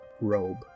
robe